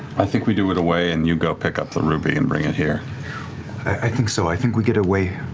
i think we do it away and you go pick up the ruby and bring it here. liam i think so, i think we get away,